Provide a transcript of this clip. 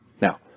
Now